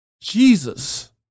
Jesus